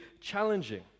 challenging